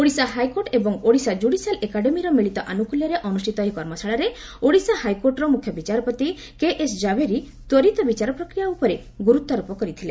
Odisha high court ଏବଂ Odisha judicial ଏକାଡେମୀର ମିଳିତ ଆନୁକୁଲ୍ୟରେ ଅନୁଷ୍ଠିତ ଏହି କର୍ମଶାଳାରେ ଓଡ଼ିଶା ହାଇକୋର୍ଟର ମୁଖ୍ୟ ବିଚାରପତି କେଏସ୍ ଜାଭେରୀ ତ୍ୱରିତ ବିଚାର ପ୍ରକ୍ରିୟା ଉପରେ ଗୁରୁତ୍ୱାରୋପ କରିଥିଲେ